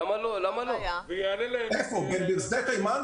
בשדה תימן?